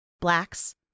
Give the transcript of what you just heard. blacks